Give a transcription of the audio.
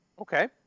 Okay